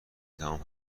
تموم